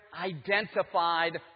identified